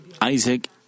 Isaac